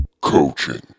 Coaching